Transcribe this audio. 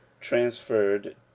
transferred